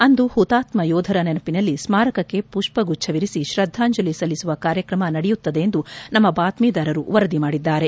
ಅಂದು ಪುತಾತ್ನ ಯೋಧರ ನೆನಪನಲ್ಲಿ ಸ್ನಾರಕಕ್ಕೆ ಪುಷ್ಪಗುಚ್ಚವಿರಿಸಿ ತ್ರದ್ದಾಂಜಲಿ ಸಲ್ಲಿಸುವ ಕಾರ್ಯಕ್ರಮ ನಡೆಯುತ್ತದೆ ಎಂದು ನಮ್ನ ಬಾತ್ನೀದಾರರು ವರದಿ ಮಾಡಿದ್ದಾರೆ